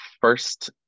first